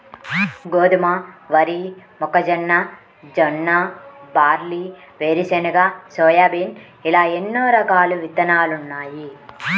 గోధుమ, వరి, మొక్కజొన్న, జొన్న, బార్లీ, వేరుశెనగ, సోయాబీన్ ఇలా ఎన్నో రకాల విత్తనాలున్నాయి